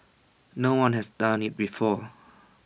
no one has done IT before